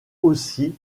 aussi